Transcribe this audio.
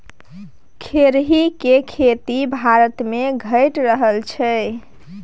खेरही केर खेती भारतमे घटि रहल छै